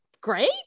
great